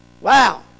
Wow